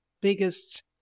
biggest